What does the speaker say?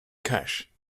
cash